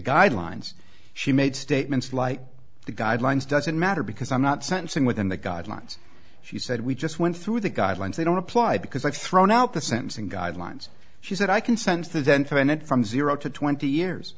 guidelines she made statements like the guidelines doesn't matter because i'm not sentencing within the guidelines she said we just went through the guidelines they don't apply because i've thrown out the sentencing guidelines she said i can sense the tenth amendment from zero to twenty years